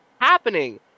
happening